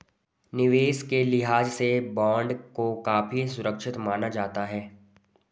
निवेश के लिहाज से बॉन्ड को काफी सुरक्षित माना जाता है